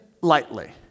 lightly